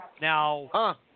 Now